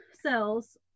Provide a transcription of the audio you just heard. cells